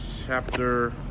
Chapter